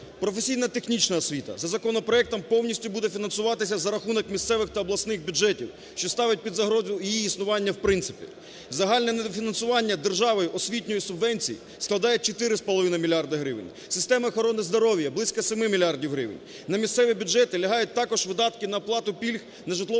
Професійно-технічна освіта за законопроектом повністю буде фінансуватися за рахунок місцевих та обласних бюджетів, що ставить під загрозу її існування в принципі. Загальне недофінансування державою освітньої субвенції складає 4,5 мільярди гривень. Система охорони здоров'я – близько 7 мільярдів гривень. На місцеві бюджети лягають також видатки на оплату пільг на житлово-комунальні